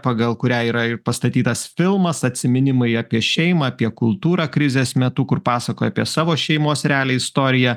pagal kurią yra ir pastatytas filmas atsiminimai apie šeimą apie kultūrą krizės metu kur pasakojo apie savo šeimos realią istoriją